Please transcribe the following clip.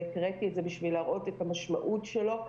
והקראתי את זה בשביל להראות את המשמעות שלו.